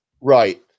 Right